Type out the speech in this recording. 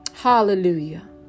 Hallelujah